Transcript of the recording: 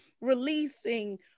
releasing